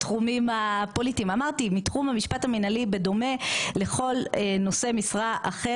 לא בטוחה שנבצרות זה סעדים מתחום המשפט המנהלי במקרה הזה,